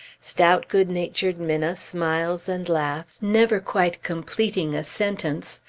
stout, good-natured minna smiles and laughs, never quite completing a sentence,